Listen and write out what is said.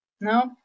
No